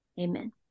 Amen